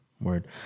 word